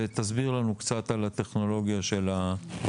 ותסביר לנו רגע על הטכנולוגיה של האירוע.